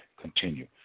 continue